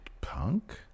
Punk